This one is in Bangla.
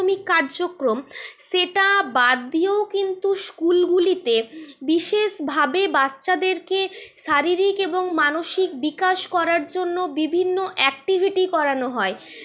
ক্রমিক কার্যক্রম সেটা বাদ দিয়েও কিন্তু স্কুলগুলিতে বিশেষভাবে বাচ্চাদেরকে শারীরিক এবং মানসিক বিকাশ করার জন্য বিভিন্ন অ্যাক্টিভিটি করানো হয়